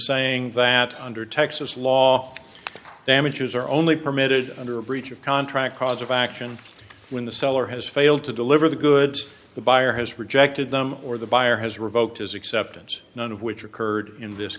saying that under texas law damages are only permitted under a breach of contract cause of action when the seller has failed to deliver the goods the buyer has rejected them or the buyer has revoked his acceptance none of which occurred in this